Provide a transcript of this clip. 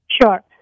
Sure